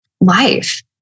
life